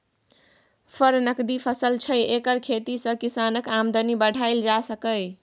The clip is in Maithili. फर नकदी फसल छै एकर खेती सँ किसानक आमदनी बढ़ाएल जा सकैए